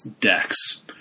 decks